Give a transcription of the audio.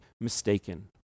mistaken